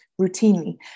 routinely